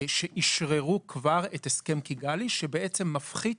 שאישררו כבר את הסכם קיגאלי שבעצם מפחית